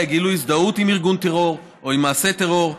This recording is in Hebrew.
יהיה גילוי הזדהות עם ארגון טרור או עם מעשה טרור.